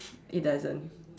it doesn't